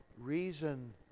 reason